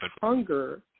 hunger